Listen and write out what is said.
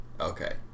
Okay